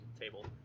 table